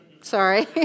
sorry